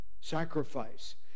sacrifice